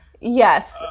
Yes